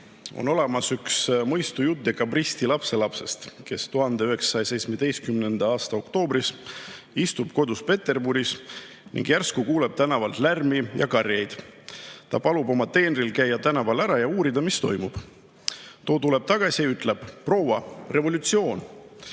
On olemas üks mõistujutt dekabristi lapselapsest, kes 1917. aasta oktoobris istub kodus Peterburis ning järsku kuuleb tänavalt lärmi ja karjeid. Ta palub oma teenril tänaval ära käia ja uurida, mis toimub. Too tuleb tagasi, ütleb: "Proua! Revolutsioon!"